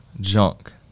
junk